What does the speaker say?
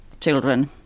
children